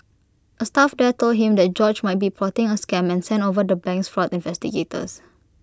A staff there told him that George might be plotting A scam and sent over the bank's fraud investigators